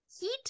Heat